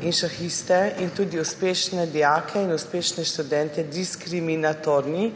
in šahiste in tudi uspešne dijake in uspešne študente diskriminatorni,